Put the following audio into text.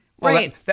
Right